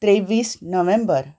तेव्वीस नोव्हेंबर